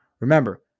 Remember